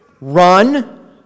Run